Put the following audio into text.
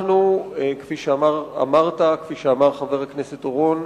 אנחנו, כפי שאמרת, כפי שאמר חבר הכנסת אורון,